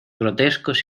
grotescos